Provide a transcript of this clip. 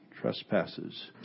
trespasses